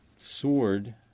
sword